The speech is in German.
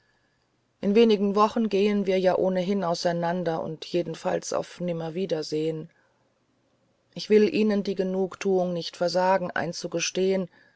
in wenigen wochen gehen wir ja ohnehin auseinander und jedenfalls auf nimmerwiedersehen ich will ihnen die genugtuung nicht versagen einzugestehen